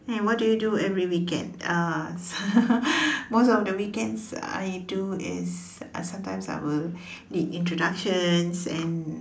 what do you do every weekend uh most of the weekends I do is uh I sometimes I will lead introductions and